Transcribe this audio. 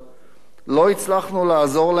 לא הצלחנו לעזור להם ברכישת הדירה,